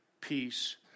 peace